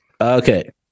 Okay